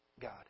God